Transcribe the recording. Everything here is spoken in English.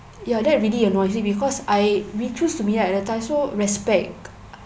ya that really annoys because I we choose to meet up at that time so respect